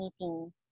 meeting